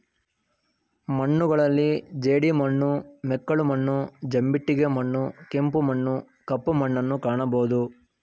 ಮಣ್ಣುಗಳಲ್ಲಿ ಜೇಡಿಮಣ್ಣು, ಮೆಕ್ಕಲು ಮಣ್ಣು, ಜಂಬಿಟ್ಟಿಗೆ ಮಣ್ಣು, ಕೆಂಪು ಮಣ್ಣು, ಕಪ್ಪು ಮಣ್ಣುನ್ನು ಕಾಣಬೋದು